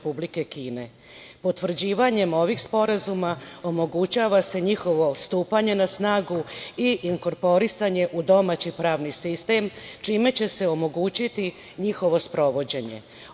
Potvrđivanjem ovih sporazuma omogućava se njihovo stupanje na snagu i inkorporisanje u domaći pravni sistem, čime će se omogućiti njihovo sprovođenje.